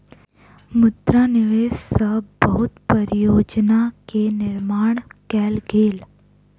मुद्रा निवेश सॅ बहुत परियोजना के निर्माण कयल गेल